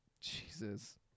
Jesus